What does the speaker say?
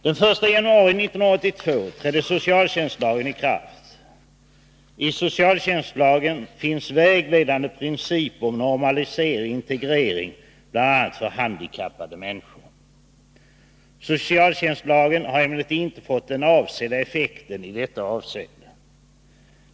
Den 1 januari 1982 trädde socialtjänstlagen i kraft. I socialtjänstlagen finns vägledande principer om normalisering och integrering bl.a. för handikappade människor. Socialtjänstlagen har emellertid inte fått den avsedda effekten i detta avseende.